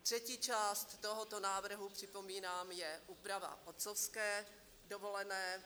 Třetí část tohoto návrhu, připomínám, je úprava otcovské dovolené.